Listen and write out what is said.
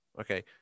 Okay